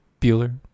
Bueller